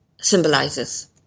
symbolizes